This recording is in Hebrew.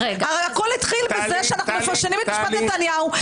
הרי הכול התחיל בזה שאנחנו מפרשנים את משפט נתניהו,